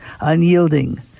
unyielding